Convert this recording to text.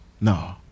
No